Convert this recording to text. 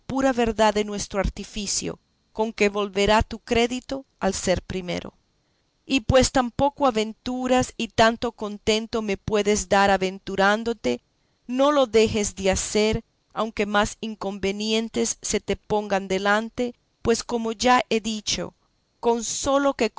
la pura verdad de nuestro artificio con que volverá tu crédito al ser primero y pues tan poco aventuras y tanto contento me puedes dar aventurándote no lo dejes de hacer aunque más inconvenientes se te pongan delante pues como ya he dicho con sólo que